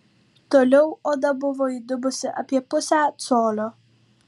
toliau oda buvo įdubusi apie pusę colio